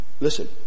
Listen